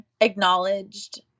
acknowledged